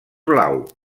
blau